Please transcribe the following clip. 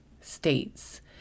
states